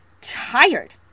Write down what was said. tired